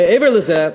מעבר לזה,